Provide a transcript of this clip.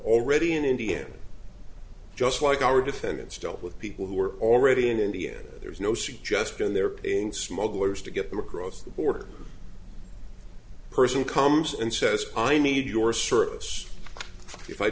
already in india just like our defendants dealt with people who are already in india there's no suggestion they're paying smugglers to get them across the border person comes and says i